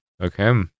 Okay